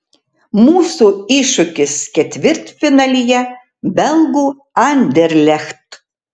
mūsų iššūkis ketvirtfinalyje belgų anderlecht